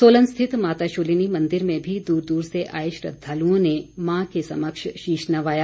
सोलन स्थित माता शूलिनी मंदिर में भी दूर दूर से आए श्रद्दालुओं ने मां के समक्ष शीश नवाया